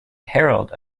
herald